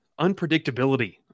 unpredictability